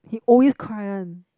he always cry one